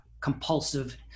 compulsive